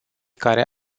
care